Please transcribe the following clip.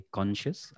conscious